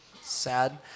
Sad